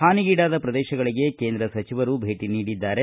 ಹಾನಿಗೀಡಾದ ಪ್ರದೇಶಗಳಿಗೆ ಕೇಂದ್ರ ಸಚಿವರು ಭೇಟಿ ನೀಡಿದ್ದಾರೆ